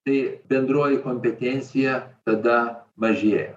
tai bendroji kompetencija tada mažėja